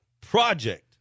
project